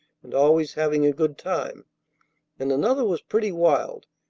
and always having a good time and another was pretty wild,